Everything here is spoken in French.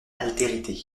altérité